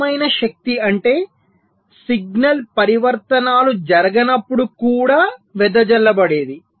స్థిరమైన శక్తి అంటే సిగ్నల్ పరివర్తనాలు జరగనప్పుడు కూడా వెదజల్లబడేది